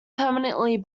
permanently